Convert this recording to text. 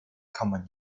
common